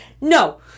No